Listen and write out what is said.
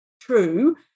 true